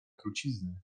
trucizny